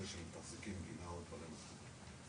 אלה שמתחזקים גינה או דברים אחרים,